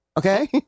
Okay